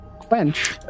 Quench